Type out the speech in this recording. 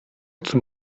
zum